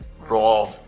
Raw